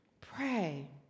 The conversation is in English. Pray